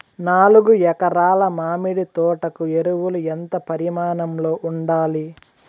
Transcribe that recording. నాలుగు ఎకరా ల మామిడి తోట కు ఎరువులు ఎంత పరిమాణం లో ఉండాలి?